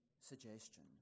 suggestion